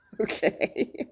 okay